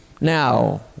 now